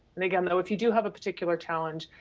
and again though, if you do have a particular challenge,